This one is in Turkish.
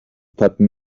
tatmin